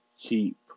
keep